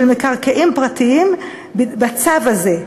של "מקרקעין פרטיים" בצו הזה,